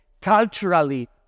culturally